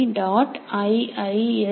tale